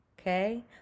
okay